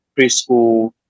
preschool